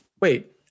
Wait